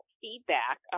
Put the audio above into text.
feedback